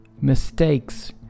mistakes